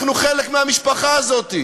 אנחנו חלק מהמשפחה הזאת.